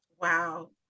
Wow